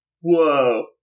Whoa